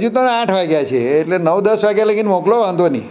હજુ તો આઠ વાગ્યા છે એટલે નવ દસ વાગ્યા લગી મોકલો વાંધો નહીં